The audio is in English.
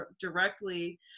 directly